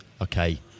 okay